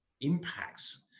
impacts